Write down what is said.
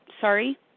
sorry